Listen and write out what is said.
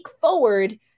forward